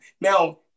now